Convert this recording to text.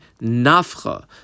Nafcha